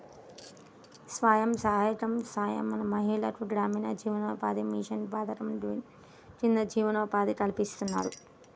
స్వయం సహాయక సంఘాల మహిళలకు గ్రామీణ జీవనోపాధి మిషన్ పథకం కింద జీవనోపాధి కల్పిస్తున్నారు